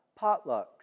potlucks